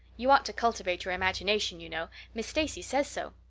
you ought to cultivate your imagination, you know. miss stacy says so.